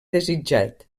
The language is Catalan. desitjat